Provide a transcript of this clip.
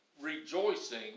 rejoicing